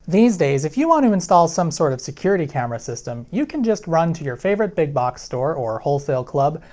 these days, if you want to install some sort of security camera system, you can just run to your favorite big box store or wholesale club,